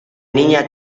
niña